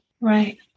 Right